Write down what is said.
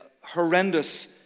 horrendous